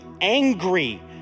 angry